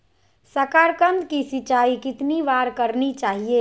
साकारकंद की सिंचाई कितनी बार करनी चाहिए?